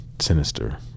sinister